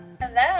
Hello